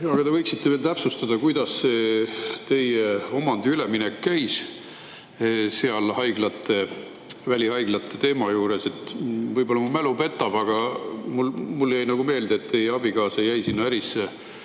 Kas te võiksite täpsustada, kuidas see teie omandi üleminek käis seal selle välihaiglate teema puhul? Võib-olla mu mälu petab, aga mulle jäi meelde, et teie abikaasa jäi sinna ärisse